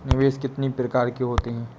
निवेश कितनी प्रकार के होते हैं?